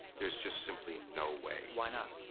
there's just simply no way. why not?